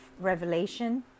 revelation